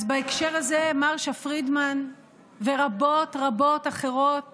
אז בהקשר הזה מרשה פרידמן ורבות רבות אחרות